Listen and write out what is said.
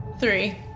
three